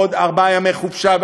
עוד ארבעה ימי חופשה,